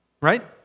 right